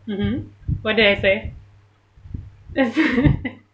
mmhmm what did I say